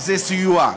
שזה סיוע.